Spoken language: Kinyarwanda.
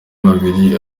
babiri